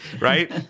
right